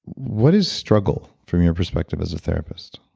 what is struggle from your perspective as a therapist?